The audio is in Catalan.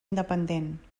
independent